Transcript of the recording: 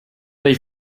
they